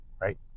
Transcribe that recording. right